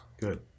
good